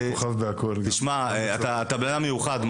תשמע, אתה אדם מיוחד.